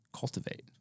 cultivate